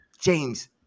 James